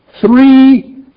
three